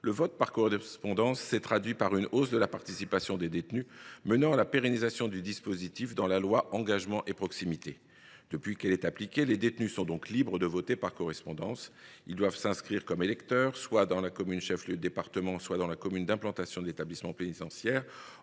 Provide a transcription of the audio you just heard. le vote par correspondance s’est traduit par une hausse de la participation des détenus, menant à la pérennisation du dispositif dans la loi Engagement et Proximité. Depuis l’entrée en vigueur de celle ci, les détenus sont donc libres de voter par correspondance. Ils doivent pour cela être inscrits comme électeur dans la commune chef lieu du département ou dans la commune d’implantation de l’établissement pénitentiaire